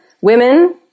Women